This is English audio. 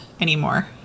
anymore